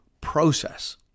process